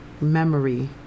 memory